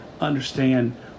understand